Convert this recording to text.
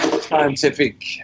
scientific